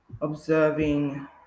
observing